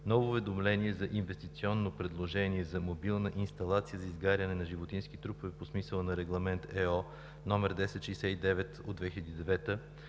ново уведомление за инвестиционно предложение за мобилна инсталация за изгаряне на животински трупове по смисъла на Регламент ЕО 1069/2009